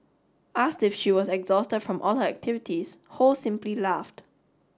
asked if she was exhausted from all her activities ho simply laughed